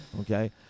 okay